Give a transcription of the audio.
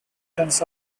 tons